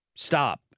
stop